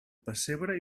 pessebre